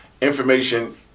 Information